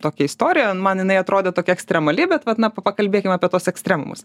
tokią istoriją man jinai atrodė tokia ekstremali bet vat na pakalbėkim apie tuos ekstremumus